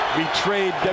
betrayed